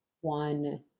one